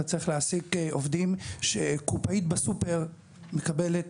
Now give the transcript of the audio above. אתה צריך להעסיק עובדים שקופאית בסופר מקבלת